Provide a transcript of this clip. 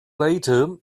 later